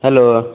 hell